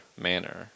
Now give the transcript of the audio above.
manner